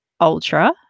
Ultra